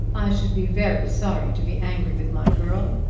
i should be very sorry to be angry with my girl.